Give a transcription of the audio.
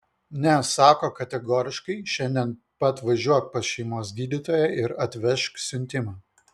ne sako kategoriškai šiandien pat važiuok pas šeimos gydytoją ir atvežk siuntimą